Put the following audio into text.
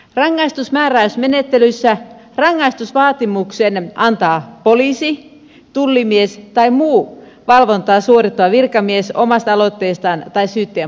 rangaistusmääräysmenettelyssä rangaistusvaatimuksen antaa poliisi tullimies tai muu valvontaa suorittava virkamies omasta aloitteestaan tai syyttäjän puolesta